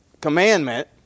commandment